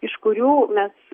iš kurių mes